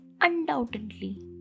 undoubtedly